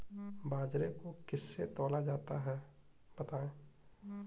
बाजरे को किससे तौला जाता है बताएँ?